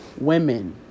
women